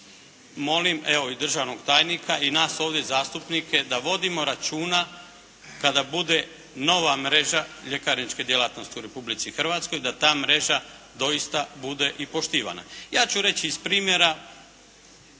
evo i državnog tajnika i nas ovdje zastupnike da vodimo računa kada bude nova mreža ljekarničke djelatnosti u Republici Hrvatskoj da ta mreža doista bude i poštivana. Ja ću reći iz primjera,